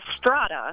strata